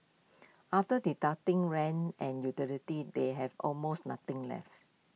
after deducting rent and utilities they have almost nothing left